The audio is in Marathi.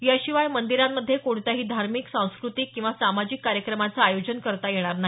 याशिवाय मंदिरांमधे कोणत्याही धार्मिक सांस्कृतिक किंवा सामाजिक कार्यक्रमाचं आयोजन करता येणार नाही